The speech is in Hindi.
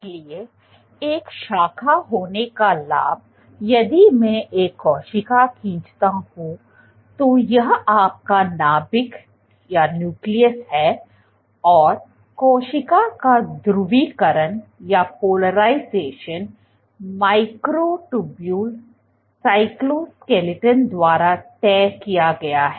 इसलिए एक शाखा होने का लाभ यदि मैं एक कोशिका खींचता हूं तो यह आपका नाभिक है और कोशिका का ध्रुवीकरण माइक्रोट्यूबुल साइटोस्केलेटन द्वारा तय किया जाता है